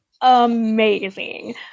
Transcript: amazing